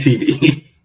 TV